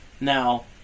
Now